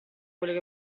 quello